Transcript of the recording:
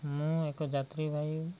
ମୁଁ ଏକ ଯାତ୍ରୀବାହି